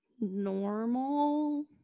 normal